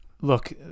Look